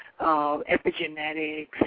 epigenetics